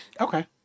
Okay